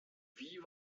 wie